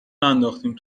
ننداختیم